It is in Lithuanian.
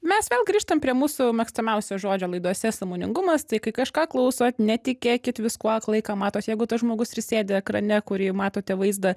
mes vėl grįžtam prie mūsų mėgstamiausio žodžio laidose sąmoningumas tai kai kažką klausot netikėkit viskuo aklai ką matot jeigu tas žmogus ir sėdi ekrane kurį matote vaizdą